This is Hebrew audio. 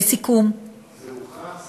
לסיכום, זה הוכח?